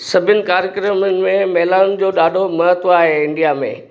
सभिनि कार्यक्रमनि में महिलाऊंनि जो ॾाढो महत्व आहे इंडिया में